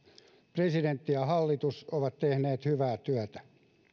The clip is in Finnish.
presidentti ja hallitus ovat tehneet hyvää työtä